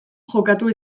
jokatu